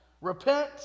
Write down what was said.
Repent